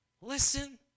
Listen